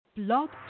Blog